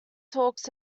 talks